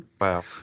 Wow